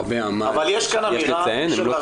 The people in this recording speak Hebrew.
יש לציין, הם לא